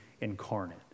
incarnate